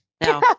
Now